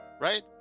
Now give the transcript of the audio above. right